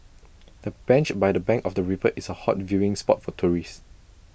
the bench by the bank of the river is A hot viewing spot for tourists